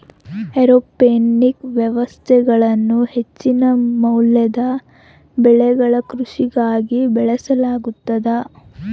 aeroponic ವ್ಯವಸ್ಥೆಗಳನ್ನು ಹೆಚ್ಚಿನ ಮೌಲ್ಯದ ಬೆಳೆಗಳ ಕೃಷಿಗಾಗಿ ಬಳಸಲಾಗುತದ